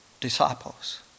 disciples